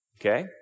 okay